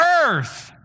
earth